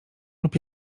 lub